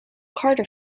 carter